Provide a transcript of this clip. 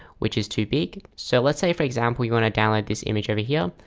which is too big so let's say for example, you want to download this image over here.